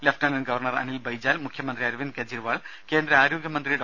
lieutenant governor Anil Baijal മുഖ്യമന്ത്രി അരവിന്ദ് കെജ്രിവാൾ കേന്ദ്ര ആരോഗ്യ മന്ത്രി ഡോ